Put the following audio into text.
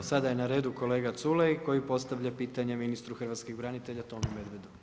Evo sada je na redu kolega Culej koji postavlja pitanje ministru hrvatskih branitelja Tomu Medvedu.